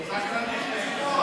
אנחנו סקרנים לשמוע.